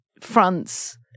fronts